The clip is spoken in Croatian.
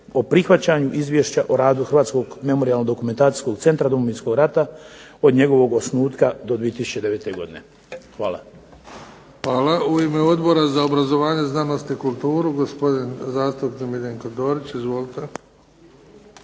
o prihvaćanju Izvješća o radu Hrvatskog memorijalno-dokumentacijskog centra Domovinskog rata od njegovog osnutka do 2009. godine. Hvala. **Bebić, Luka (HDZ)** Hvala. U ime Odbora za obrazovanje, znanost i kulturu gospodin zastupnik Miljenko Dorić. Izvolite.